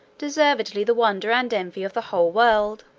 deservedly the wonder and envy of the whole world.